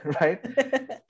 right